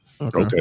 Okay